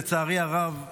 לצערי הרב,